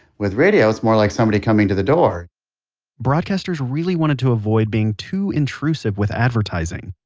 with radio, it's more like somebody coming to the door broadcasters really wanted to avoid being too intrusive with advertising,